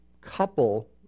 couple